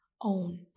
own